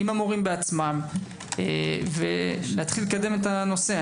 עם המורים בעצמם ולהתחיל לקדם את הנושא.